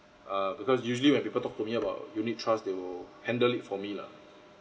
uh because usually when people talk to me about unit trust they will handle it for me lah